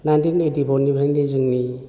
nineteen ओइटिफरनिफ्रायनो जोंनि